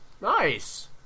Nice